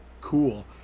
cool